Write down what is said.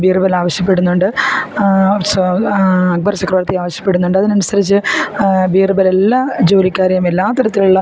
ബീര്ബലാവശ്യപ്പെടുന്നുണ്ട് അക്ബർ ചക്രവർത്തി ആവശ്യപ്പെടുന്നുണ്ട് അതിനനുസരിച്ച് ബീര്ബല് എല്ലാ ജോലിക്കാരെയും എല്ലാ തരത്തിലുള്ള